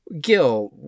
Gil